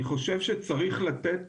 אני חושב שצריך לתת